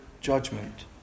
judgment